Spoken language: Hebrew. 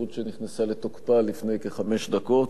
התפטרות שנכנסה לתוקפה לפני כחמש דקות,